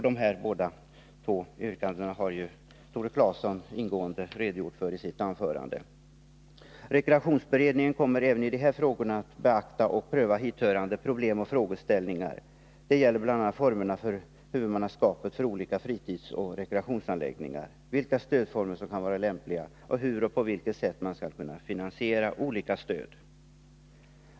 Dessa båda yrkanden har Tore Claeson ingående redogjort för i sitt anförande. Rekreationsberedningen kommer även i de här frågorna att beakta och pröva tillhörande problem och frågeställningar. Det gäller bl.a. formerna för huvudmannaskapet för olika fritidsoch rekreationsanläggningar, vilka stödformer som kan vara lämpliga och hur och på vilket sätt man skall finansiera olika stöd.